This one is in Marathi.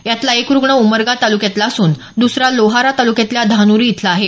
यातला एक रुग्ण उमरगा तालुक्यातला असून दुसरा लोहारा तालुक्यातला धानुरी इथला आहे